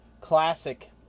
Classic